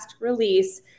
release